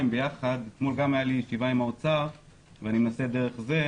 אתמול גם הייתה לי ישיבה עם האוצר ואני מנסה דרך זה,